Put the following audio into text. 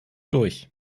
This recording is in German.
durch